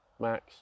max